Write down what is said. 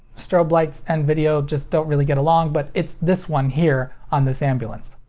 strobe lights and video just don't really get along, but it's this one here on this ambulance.